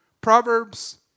Proverbs